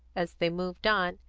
as they moved on,